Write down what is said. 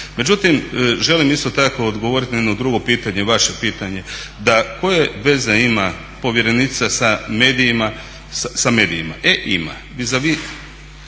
Međutim, želim isto tako odgovoriti na jedno drugo pitanje, vaše pitanje, da koje veze ima povjerenica sa medijima. E, ima.